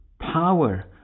power